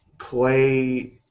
play